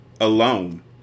Alone